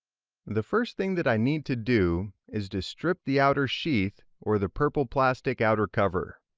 the first thing that i need to do is to strip the outer sheath or the purple plastic outer cover.